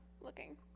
looking